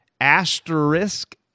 asterisk